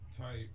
type